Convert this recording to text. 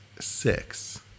six